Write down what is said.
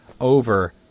over